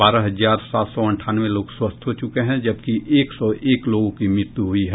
बारह हजार सात सौ अंठानवे लोग स्वस्थ हो चुके हैं जबकि एक सौ एक लोगों की मौत हुई है